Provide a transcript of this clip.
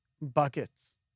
buckets